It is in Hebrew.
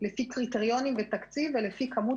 לפי קריטריונים ותקציב ולפי כמות